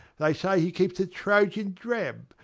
they say he keeps a troyan drab,